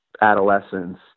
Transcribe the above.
adolescence